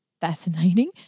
fascinating